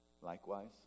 Likewise